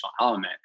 element